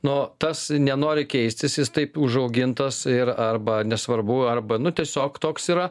nuo tas nenori keistis jis taip užaugintas ir arba nesvarbu arba nu tiesiog toks yra